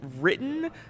written